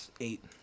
eight